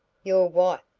your wife,